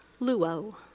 Luo